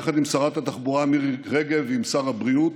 יחד עם שרת התחבורה מירי רגב ועם שר הבריאות,